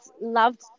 loved